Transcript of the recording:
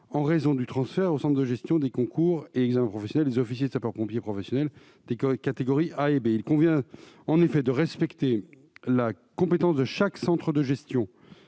en raison du transfert aux centres de gestion des concours et examens professionnels des officiers de sapeurs-pompiers professionnels de catégories A et B. Il convient en effet de respecter la compétence de chaque centre de gestion,